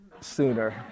sooner